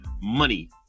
money